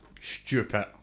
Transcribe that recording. stupid